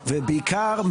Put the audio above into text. ובעיקר,